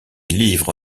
livres